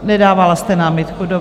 Nedávala jste námitku, dobře.